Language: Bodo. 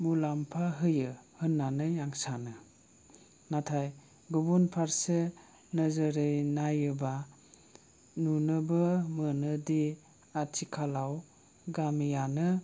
मुलाम्फा होयो होननानै आं सानो नाथाय गुबुन फारसे नोजोरै नायोबा नुनोबो मोनोदि आथिखालाव गामियानो